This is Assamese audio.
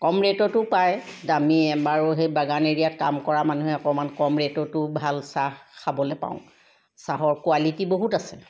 কম ৰেটতো পায় বা দামী বাৰু সেই বাগান এৰিয়াত কাম কৰা মানুহে অকমান কম ৰেটতো ভাল চাহ খাবলৈ পাওঁ চাহৰ কুৱালিটি বহুত আছে